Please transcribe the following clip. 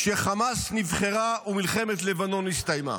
כשחמאס נבחרה ומלחמת לבנון הסתיימה.